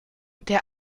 der